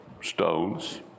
stones